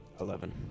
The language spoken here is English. eleven